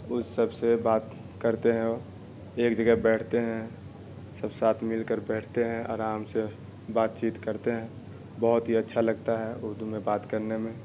اس سب سے بات کرتے ہیں ایک جگہ بیٹھتے ہیں سب ساتھ مل کر بیٹھتے ہیں آرام سے بات چیت کرتے ہیں بہت ہی اچھا لگتا ہے اردو میں بات کرنے میں